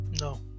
No